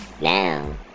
now